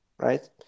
right